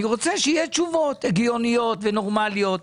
אני רוצה שיהיו תשובות הגיוניות ונורמליות.